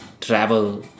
travel